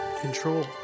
control